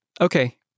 Okay